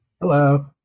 Hello